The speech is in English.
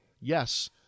Yes